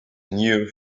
new